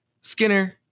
Skinner